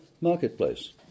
marketplace